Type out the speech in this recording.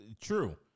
true